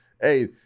hey